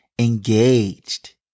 engaged